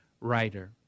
writer